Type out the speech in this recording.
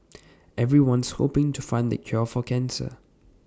everyone's hoping to find the cure for cancer